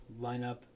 lineup